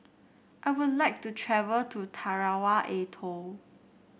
I would like to travel to Tarawa Atoll